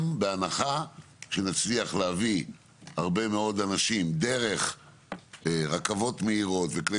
בהנחה שנצליח להביא הרבה מאוד אנשים דרך רכבות מהירות וכלי